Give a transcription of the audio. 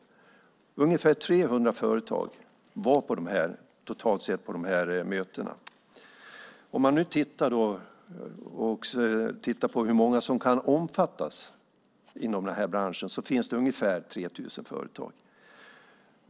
Totalt ungefär 300 företag var med på mötena. När det gäller hur många inom den här branschen som kan omfattas är det ungefär 3 000 företag.